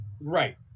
Right